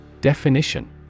Definition